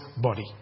body